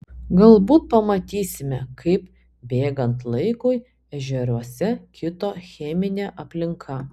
galbūt pamatysime kaip bėgant laikui ežeruose kito cheminė aplinka